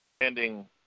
Ending